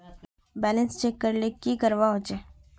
Balance check करले की करवा होचे?